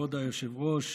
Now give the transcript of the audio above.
כבוד היו"ר,